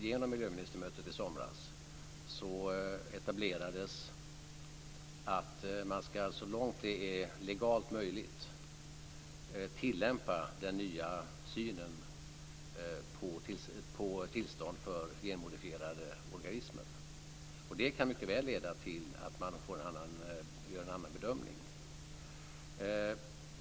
Genom miljöministermötet i somras etablerades att man så långt det legalt är möjligt ska tillämpa den nya synen på tillstånd för genmodifierade organismer, och det kan mycket väl leda till att man gör en annan bedömning.